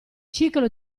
ciclo